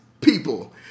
people